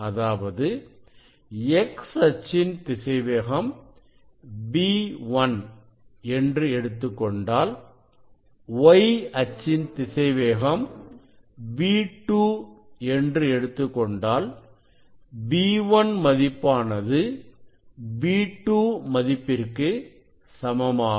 அதாவது x அச்சின் திசைவேகம் v1 என்று எடுத்துக் கொண்டால் y அச்சின் திசைவேகம் v2 என்று எடுத்துக் கொண்டால் v1 மதிப்பானது v2 மதிப்பிற்கு சமமாகும்